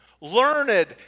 learned